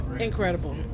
incredible